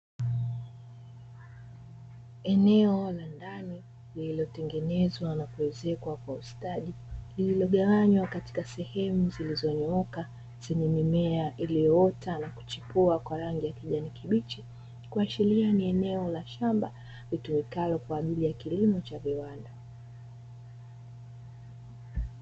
Eneo la ndani lililotengenezwa na kuezekwa kwa ustadi lililogawanywa katika sehemu zilizonyooka zenye mimea iliyoota na kuchipua kwa rangi ya kijani kibichi, kuashiria ni eneo la shamba litumikalo kwa ajili ya kilimo cha viwanda.